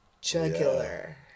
Jugular